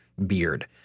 Beard